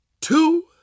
two